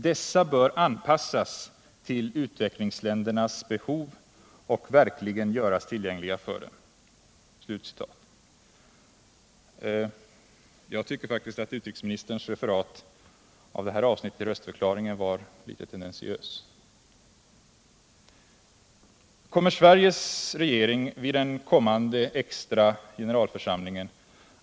Dessa bör anpassas till utvecklingsländernas behov och verkligen göras tillgängliga för dem.” Utrikesministerns referat av detta avsnitt i röstförklaringen i sitt svar var litet tendentiöst.